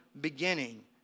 beginning